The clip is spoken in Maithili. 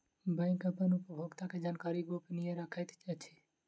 बैंक अपन उपभोगता के जानकारी गोपनीय रखैत अछि